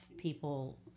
people